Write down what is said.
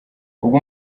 ubwo